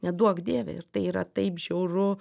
neduok dieve ir tai yra taip žiauru